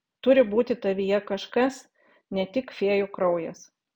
turi būti tavyje kažkas ne tik fėjų kraujas